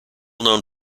known